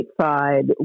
side